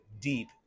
deep